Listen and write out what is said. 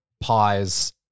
Pies